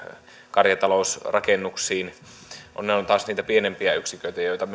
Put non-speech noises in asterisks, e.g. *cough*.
karjatalousrakennuksiin ne ovat taas niitä pienempiä yksiköitä joita *unintelligible*